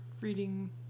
reading